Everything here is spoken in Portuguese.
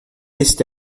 este